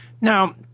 now